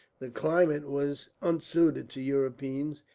the climate was unsuited to europeans,